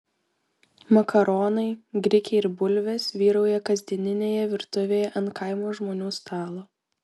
makaronai grikiai ir bulvės vyrauja kasdieninėje virtuvėje ant kaimo žmonių stalo